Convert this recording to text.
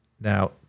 Now